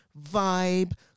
vibe